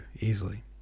easily